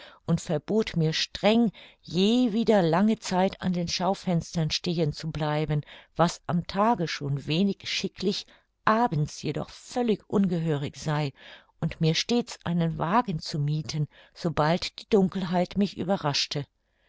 und verbot mir streng je wieder lange zeit an den schaufenstern stehen zu bleiben was am tage schon wenig schicklich abends jedoch völlig ungehörig sei und mir stets einen wagen zu miethen sobald die dunkelheit mich überraschte